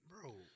bro